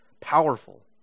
powerful